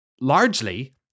largely